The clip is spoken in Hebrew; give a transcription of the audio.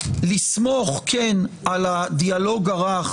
כן לסמוך על הדיאלוג הרך